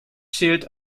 child